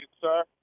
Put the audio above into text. sir